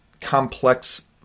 complex